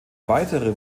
weitere